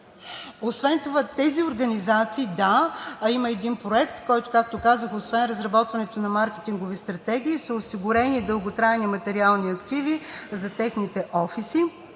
Освен това тези организации, да, има проект, в който, както казах, освен разработването на маркетингови стратегии, са осигурени и дълготрайни материални активи за техните офиси,